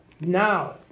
Now